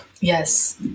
Yes